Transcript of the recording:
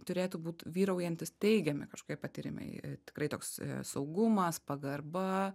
turėtų būt vyraujantys teigiami kažkokie patyrimai tikrai toks saugumas pagarba